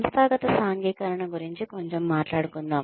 సంస్థాగత సాంఘికీకరణ గురించి కొంచెం మాట్లాడుకుందాం